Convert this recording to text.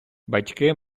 батьки